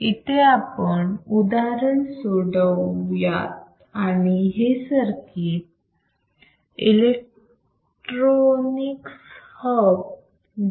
इथे आपण उदाहरण सोडविण्यात आणि हे सर्किट electronicshub